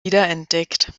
wiederentdeckt